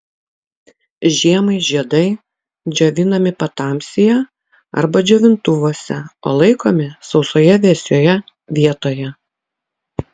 žiemai žiedai džiovinami patamsyje arba džiovintuvuose o laikomi sausoje vėsioje vietoje